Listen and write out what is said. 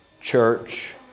church